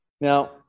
Now